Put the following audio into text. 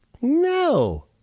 no